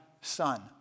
son